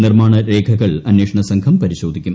നിർമ്മാണ രേഖകൾ അന്വേഷണ സംഘം പരിശോധിക്കും